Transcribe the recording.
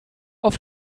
auf